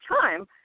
time